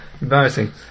embarrassing